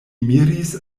miris